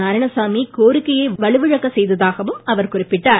நாராயணசாமி கோரிக்கையை வலுவிழக்க முதலமைச்சர் செய்ததாகவும் அவர் குறிப்பிட்டார்